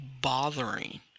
bothering